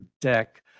deck